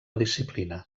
disciplina